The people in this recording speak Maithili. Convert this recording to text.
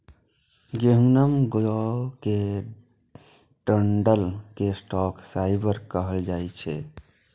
गहूम, जौ के डंठल कें स्टॉक फाइबर कहल जाइ छै